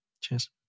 cheers